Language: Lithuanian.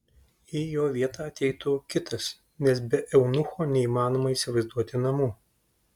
į jo vietą ateitų kitas nes be eunucho neįmanoma įsivaizduoti namų